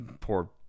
poor